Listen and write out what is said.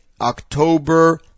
October